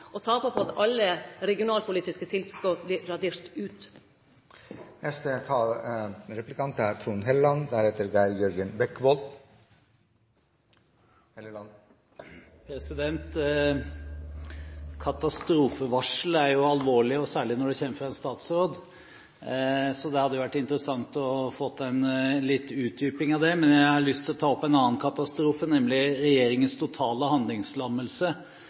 alle regionalpolitiske tilskott vert raderte ut. Katastrofevarsel er alvorlig, og særlig når det kommer fra en statsråd, så det hadde vært interessant å få en utdypning av det. Men jeg har lyst til å ta opp en annen katastrofe, nemlig regjeringens totale handlingslammelse